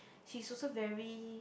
she's also very